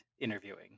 interviewing